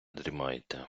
дрімайте